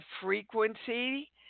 frequency